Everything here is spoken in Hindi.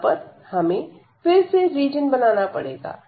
यहां पर हमें फिर से रीजन बनाना पड़ेगा